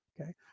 Okay